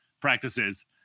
practices